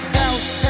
house